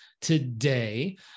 today